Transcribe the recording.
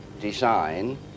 design